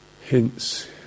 hints